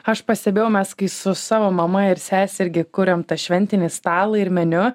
aš pastebėjau mes kai su savo mama ir sese irgi kuriam tą šventinį stalą ir meniu